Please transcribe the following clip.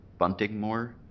Buntingmore